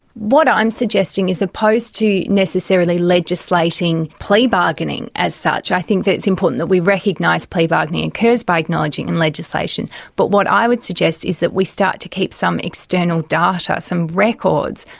what i'm suggesting, as opposed to necessarily legislating plea bargaining as such i think that it's important that we recognise plea bargaining occurs by acknowledging and legislation but what i would suggest is that we start to keep some external data, some records,